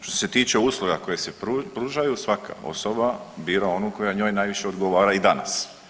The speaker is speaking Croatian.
Što se tiče usluga koje se pružaju, svaka osoba bira onu koja njoj najviše odgovara i danas.